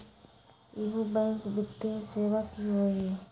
इहु बैंक वित्तीय सेवा की होई?